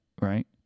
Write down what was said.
right